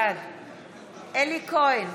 בעד אלי כהן,